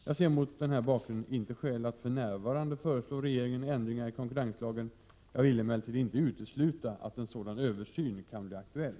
Jag ser mot den här bakgrunden inte skäl att för närvarande föreslå regeringen ändringar i konkurrenslagen. Jag vill emellertid inte utesluta att en sådan översyn kan bli aktuell.